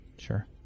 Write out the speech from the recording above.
Sure